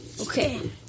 Okay